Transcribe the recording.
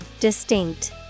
Distinct